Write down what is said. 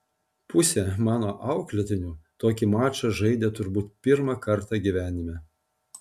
pusė mano auklėtinių tokį mačą žaidė turbūt pirmą kartą gyvenime